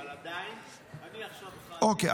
אבל עדיין אני עכשיו --- אוקיי,